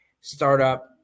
startup